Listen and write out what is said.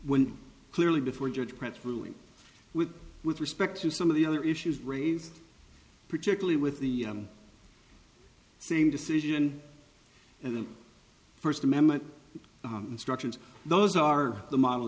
when clearly before judge pretz ruling with with respect to some of the other issues raised particularly with the same decision and the first amendment instructions those are the model